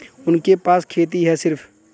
उनके पास खेती हैं सिर्फ